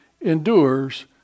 endures